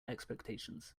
expectations